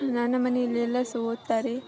ನನ್ನ ಮನೆಯಲ್ಲಿ ಎಲ್ಲ ಸಹ ಓದ್ತಾರೆ